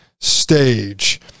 stage